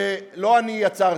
שלא אני יצרתי,